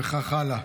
וכך הלאה.